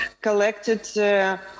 collected